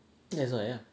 that's why ah